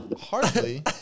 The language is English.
Hardly